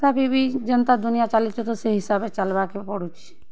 ତଥାପି ବି ଯେନ୍ତା ଦୁନିଆ ଚାଲିଛେ ତ ସେ ହିସାବେ ଚାଲ୍ବାର୍ କେ ପଡୁଛେ